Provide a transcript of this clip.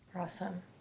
Awesome